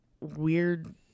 Weird